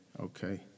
okay